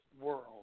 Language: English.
world